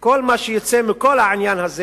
כל מה שיצא מכל העניין הזה